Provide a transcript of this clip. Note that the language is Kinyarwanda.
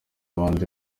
abandi